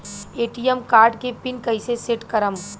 ATM card के PIN कैसे set करम?